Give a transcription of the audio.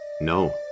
No